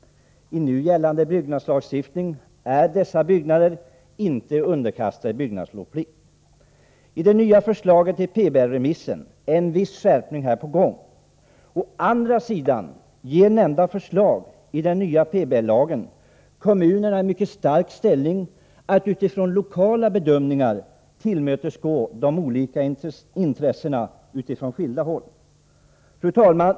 I nu gällande byggnadslagstiftning är dessa byggnader inte underkastade byggnadslovsplikt. I det nya förslaget i PBL-remissen är en viss skärpning här på gång. Å andra sidan ger nämnda förslag i den nya PBL kommunerna en mycket stark ställning att utifrån lokala bedömningar tillmötesgå de olika intressena på skilda håll. Fru talman!